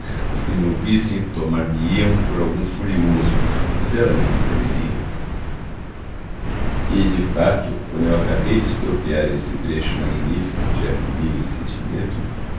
os que me ouvissem tomar me iam por algum furioso mas ela me compreenderia e de fato quando eu acabei de estropiar esse trecho magnífico de harmonia e sentimento